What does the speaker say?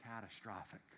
catastrophic